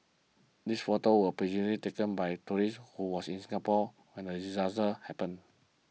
this photos were be taken by tourist who was in Singapore when the disaster happened